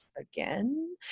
again